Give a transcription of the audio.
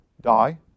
die